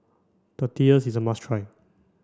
Tortillas is a must try